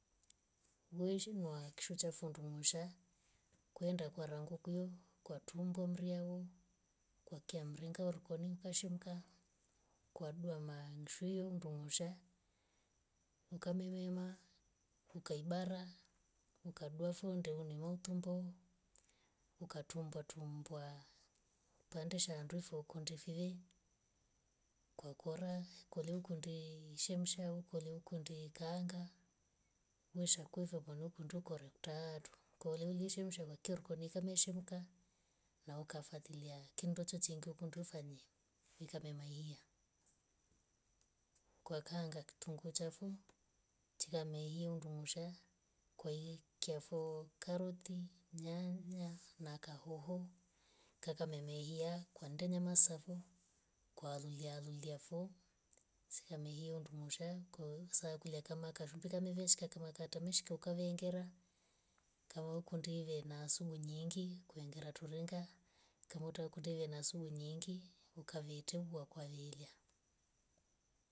Wezhi nwa kishwa cha fundungusha kwenda kwa rangakonku kwa tumbwa mriwa we. kwa kia mringa horikoni ikashemka. kwa dua maa nkushio ndungusha ukabemema. ukaibara. ukadwafu ndowena tumbo. ukatumbwa tumbwa kipande cha ndofu ukundufiye kwakora kulikundye shemsa. kuliakundye kaanga. mesha kuvokwano kundre taatwa. kulioli shemsa makariako kameshemka na ukafuatilia kindo chachengya kundu fanya vikamamehia. kwa kanga kitungu shafo chikamehia ndungusha kwa hia kiafo karoti. nyanya na kahoho kakamehia kwandunyama safo kwa lolyalolya fo. seka mehia ndungusha sa kulya kama kashumbi kamevesha kama tatamshika kavengera. kavo kundivena sumu nyingi kweingara turenga kamoto kundevana sumu nyingi ukaveitou wakwavelya.